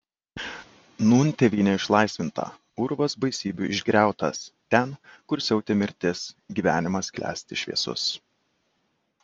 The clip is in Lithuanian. nūn tėvynė išlaisvinta urvas baisybių išgriautas ten kur siautė mirtis gyvenimas klesti šviesus